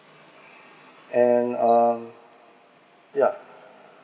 and um yeah